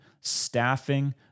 staffing